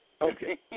Okay